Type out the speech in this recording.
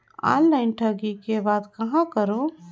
Online ठगी के बाद कहां करों?